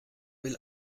will